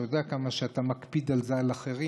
אתה יודע כמה אתה מקפיד על זה עם אחרים.